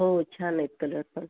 हो छान आहेत कलरपण